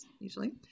usually